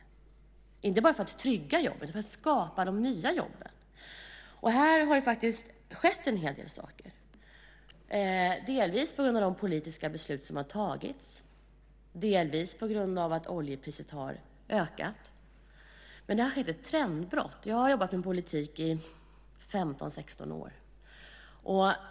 Det handlar inte bara om att trygga jobb utan för att skapa de nya jobben. Här har det skett en hel del saker, delvis på grund av de politiska beslut som har fattats och delvis på grund av att oljepriset har ökat. Det har skett ett trendbrott. Jag har jobbat med politik i 15-16 år.